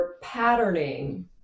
patterning